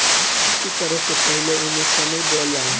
खेती करे से पहिले एमे सनइ बोअल जाला